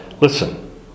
Listen